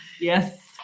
Yes